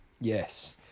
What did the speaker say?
Yes